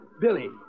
Billy